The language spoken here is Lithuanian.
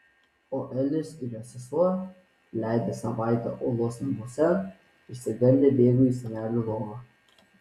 o elis ir jo sesuo leidę tą savaitę uolos namuose išsigandę bėgo į senelių lovą